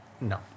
No